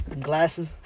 Glasses